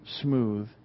smooth